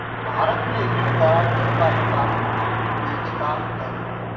भारत में ऋण गारंटी पर कानून बहुत पेचीदा है